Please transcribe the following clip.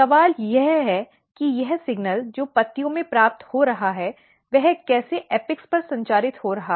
सवाल यह है कि यह सिग्नॅल जो पत्तियों में प्राप्त हो रहा है वह कैसे शीर्ष पर संचारित हो रहा है